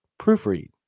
proofread